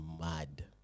mad